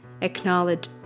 Acknowledge